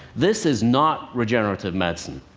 this is not regenerative medicine.